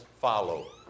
follow